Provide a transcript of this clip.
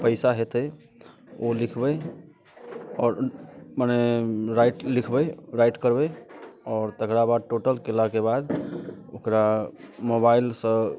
पैसा हेतै ओ लिखबै आओर मने राइट लिखबै राइट करबै आओर तकरा बाद टोटल केलाके बाद ओकरा मोबाइलसँ